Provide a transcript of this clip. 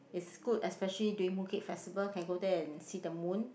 it's good especially during Mooncake Festival can go there and see the moon